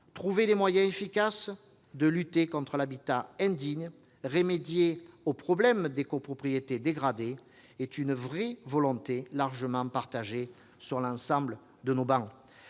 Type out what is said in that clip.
Trouver les moyens efficaces de lutter contre l'habitat indigne, remédier aux problèmes des copropriétés dégradées : telle est la volonté largement partagée sur l'ensemble de nos travées.